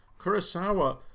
Kurosawa